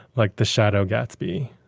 like the shadow gatsby.